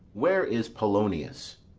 where is polonius?